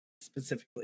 Specifically